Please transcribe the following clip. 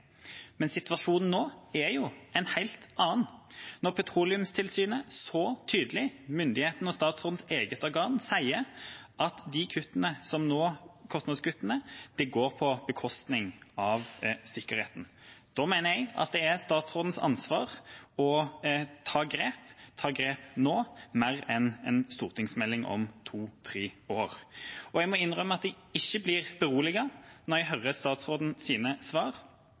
men situasjonen nå er jo en helt annen. Når Petroleumstilsynet, myndighetene og statsrådens eget organ, så tydelig sier at kostnadskuttene går på bekostning av sikkerheten, mener jeg at det er statsrådens ansvar å ta grep, ta grep nå, mer enn med en stortingsmelding om to–tre år. Jeg må innrømme at jeg ikke blir beroliget når jeg hører statsrådens svar.